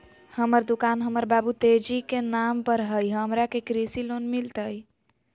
हमर दुकान हमर बाबु तेजी के नाम पर हई, हमरा के कृषि लोन मिलतई?